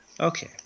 okay